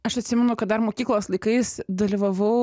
aš atsimenu kad dar mokyklos laikais dalyvavau